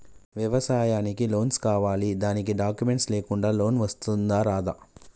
వ్యవసాయానికి లోన్స్ కావాలి దానికి డాక్యుమెంట్స్ లేకుండా లోన్ వస్తుందా రాదా?